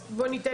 תודה